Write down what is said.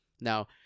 Now